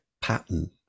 pattern